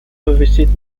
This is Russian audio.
повысить